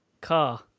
car